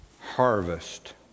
harvest